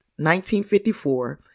1954